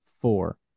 four